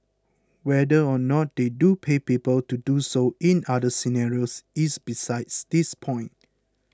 whether or not they do pay people to do so in other scenarios is besides this point